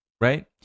right